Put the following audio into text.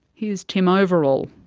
here's tim overall.